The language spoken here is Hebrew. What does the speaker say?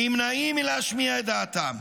נמנעים מלהשמיע את דעתם.